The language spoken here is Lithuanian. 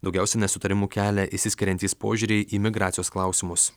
daugiausia nesutarimų kelia išsiskiriantys požiūriai į migracijos klausimus